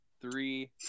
three